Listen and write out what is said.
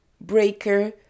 Breaker